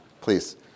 please